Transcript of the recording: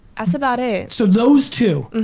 that's about it. so those two?